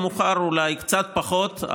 שמוכר אולי קצת פחות,